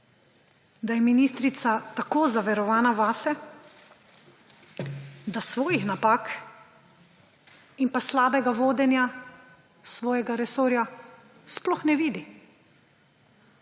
da je ministrica tako zaverovana vase, da svojih napak in pa slabega vodenja svojega resorja sploh ne vidi.